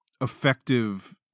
effective